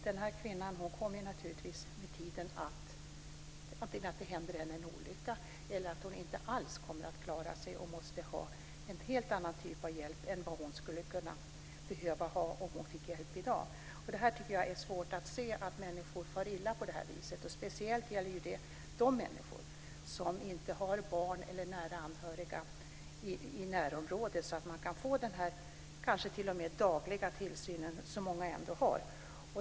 Den här kvinnan kommer naturligtvis med tiden att drabbas av en olycka eller kommer inte alls att klara sig, utan hon måste ha en helt annan typ av hjälp än vad hon skulle behöva i dag. Det är svårt att se att människor far illa på det här viset, och det gäller speciellt de människor som inte har barn eller nära anhöriga i närområdet så att de kan få den, kanske t.o.m. dagliga, tillsyn som många har.